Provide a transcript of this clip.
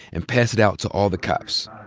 and pass it out to all the cops.